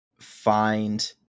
find